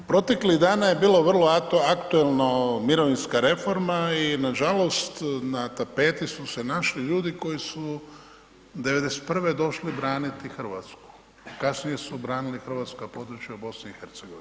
Proteklih dana je bilo vrlo aktuelno mirovinska reforma i nažalost na tapeti su se našli ljudi koji su '91. došli braniti Hrvatsku, kasnije su branili hrvatska područja u BiH.